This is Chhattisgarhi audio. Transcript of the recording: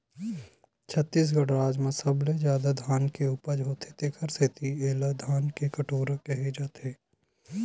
छत्तीसगढ़ राज म सबले जादा धान के उपज होथे तेखर सेती एला धान के कटोरा केहे जाथे